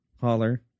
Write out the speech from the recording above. holler